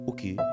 Okay